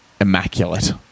immaculate